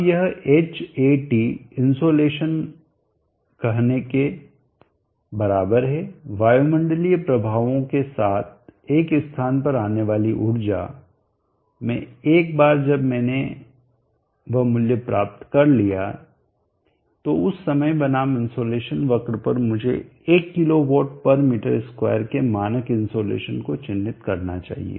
अब यह Hat insolation कहने के बराबर है वायुमंडलीय प्रभावों के साथ एक स्थान पर आने वाली ऊर्जा मैं एक बार जब मैंने वह मूल्य प्राप्त कर लिया है तो उस समय बनाम इनसोलेशन वक्र पर मुझे 1kWm2 के मानक इनसोलेशन को चिह्नित करना चाहिए